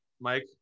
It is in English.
Mike